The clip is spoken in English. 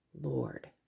Lord